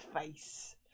face